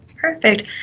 Perfect